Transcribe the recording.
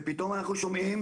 ופתאום אנחנו שומעים